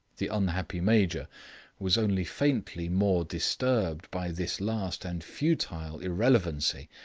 the unhappy major was only faintly more disturbed by this last and futile irrelevancy,